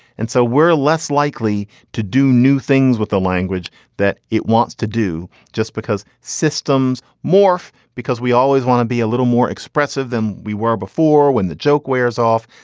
and so we're less likely to do new things with the language that it wants to do, just because systems morph, because we always want to be a little more expressive than we were before when the joke wears off.